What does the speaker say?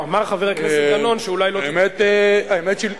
אמר חבר הכנסת דנון שאולי, האמת היא שלכאורה